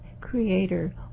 creator